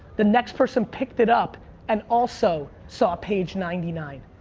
the next person picked it up and also saw page ninety nine.